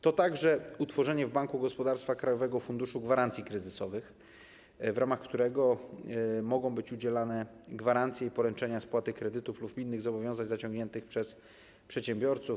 To także utworzenie w Banku Gospodarstwa Krajowego Funduszu Gwarancji Kryzysowych, w ramach którego mogą być udzielane gwarancje i poręczenia spłaty kredytów lub innych zobowiązań zaciągniętych przez przedsiębiorców.